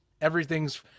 Everything's